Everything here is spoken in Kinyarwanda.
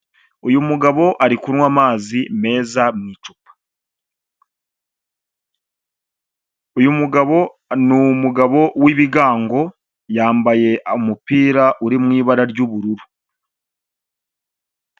Uyu mugabo ari kunywa amazi meza mu icupa, uyu mugabo ni umugabo w'ibigango, yambaye umupira uri mu ibara ry'ubururu.